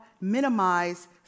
minimize